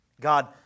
God